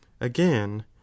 again